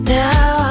now